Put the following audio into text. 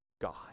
God